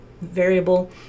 variable